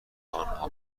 آنها